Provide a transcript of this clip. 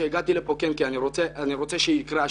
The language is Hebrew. שהגעתי לכאן כי אני רוצה שיקרה השינוי,